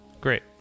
Great